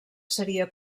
seria